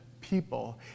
people